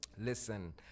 Listen